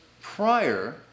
prior